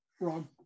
wrong